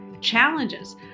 challenges